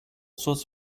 sort